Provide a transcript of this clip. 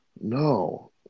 No